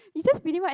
is so pretty much